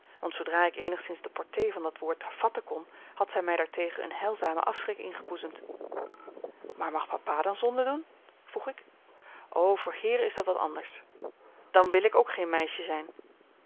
want zoodra ik eenigszins de portée van dat woord vatten kon had zij mij daartegen een heilzamen afschrik ingeboezemd maar mag papa dan zonde doen vroeg ik o voor heeren is dat wat anders dan wil ik ook geen meisje zijn